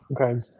Okay